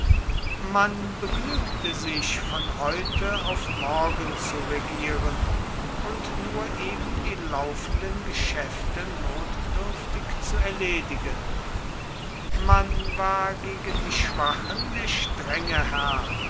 man begnügte sich von heute auf morgen zu regieren und nur eben die laufenden geschäfte notdürftig zu erledigen man war gegen die schwachen der strenge herr